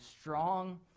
strong